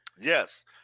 Yes